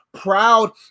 proud